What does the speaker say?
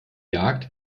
jagd